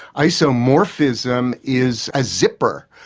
isomorphism is a zipper.